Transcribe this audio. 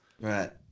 Right